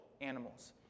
animals